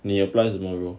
你 applies 什么 role